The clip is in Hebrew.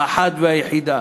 האחת והיחידה.